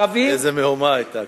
איזו מהומה היתה.